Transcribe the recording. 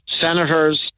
senators